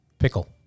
Pickle